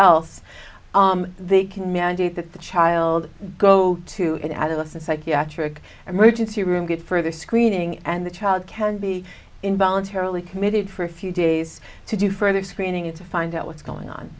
else they can mandate that the child go to an adolescent psychiatric emergency room get further screening and the child can be involuntarily committed for a few days to do further screening to find out what's going on